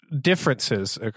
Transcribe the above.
differences